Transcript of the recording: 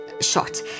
Shot